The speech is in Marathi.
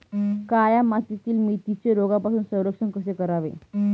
काळ्या मातीतील मेथीचे रोगापासून संरक्षण कसे करावे?